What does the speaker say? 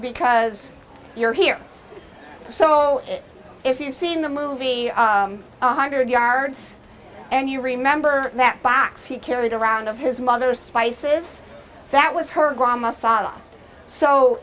because you're here so if you've seen the movie a hundred yards and you remember that box he carried around of his mother spices that was her